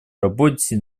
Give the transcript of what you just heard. работе